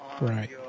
Right